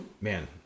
Man